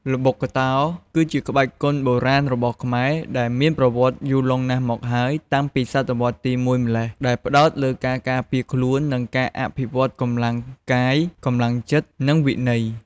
ល្បុក្កតោ គឺជាក្បាច់គុនបុរាណរបស់ខ្មែរ ដែលមានប្រវត្តិយូរលង់ណាស់មកហើយ តាំងពីសតវត្សរ៍ទី ១ ម្ល៉េះ ដែលផ្តោតលើការការពារខ្លួន និងអភិវឌ្ឍកម្លាំងកាយ កម្លាំងចិត្ត និងវិន័យ។